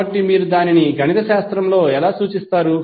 కాబట్టి మీరు దానిని గణితశాస్త్రంలో ఎలా సూచిస్తారు